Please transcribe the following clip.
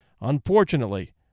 Unfortunately